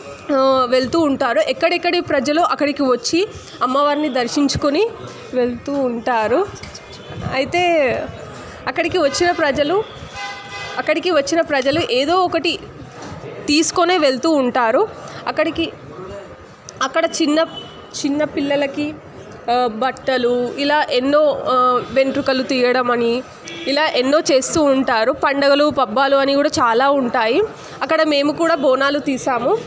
వెళుతూ ఉంటారు ఎక్కడెక్కడి ప్రజలు అక్కడికి వచ్చి అమ్మవారిని దర్శించుకుని వెళుతూ ఉంటారు అయితే అక్కడికి వచ్చిన ప్రజలు అక్కడికి వచ్చిన ప్రజలు ఏదో ఒకటి తీసుకొనే వెళుతూ ఉంటారు అక్కడికి అక్కడ చిన్న చిన్న పిల్లలకి బట్టలు ఇలా ఎన్నో వెంట్రుకలు తీయడం అని ఇలా ఎన్నో చేస్తూ ఉంటారు పండగలు పబ్బాలు అని కూడా చాలా ఉంటాయి అక్కడ మేము కూడా బోనాలు తీసాము